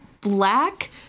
black